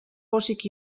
pozik